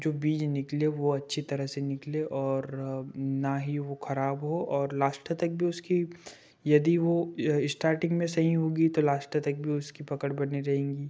जो बीज निकले वो अच्छी तरह से निकले और ना ही वो खराब हो और लाष्ट तक भी उसकी यदि वो इश्टार्टिंग में सही होगी तो लाष्ट तक भी उसकी पकड़ बनी रहेगी